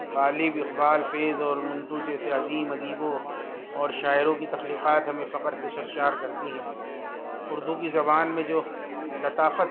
غالب اقبال فیض اور منٹو جیسے عظیم ادیبوں اور شاعروں کی تخلیقات ہمیں فخر سے شرشار کرتی ہیں اردو کی زبان میں جو لطافت